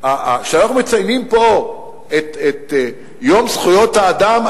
כשאנחנו מציינים פה את יום זכויות האדם,